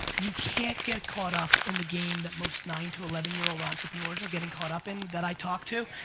you can't get caught up in the game that most nine to eleven year old entrepreneurs are getting caught up in that i talk to.